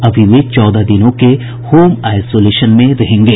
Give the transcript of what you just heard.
अभी वे चौदह दिनों के होम आइसोलेशन में रहेंगे